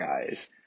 guys